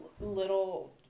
little